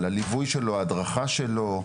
אבל הליווי שלו, ההדרכה שלו.